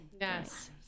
yes